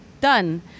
done